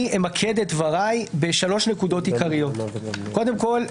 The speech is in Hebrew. אני אמקד את דבריי בשלוש נקודות עיקריות: קודם כול,